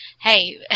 hey